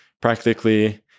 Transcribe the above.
practically